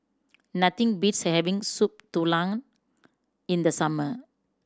nothing beats having Soup Tulang in the summer